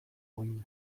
uhina